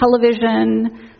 television